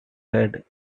heard